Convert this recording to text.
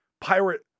Pirate